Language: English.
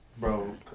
Bro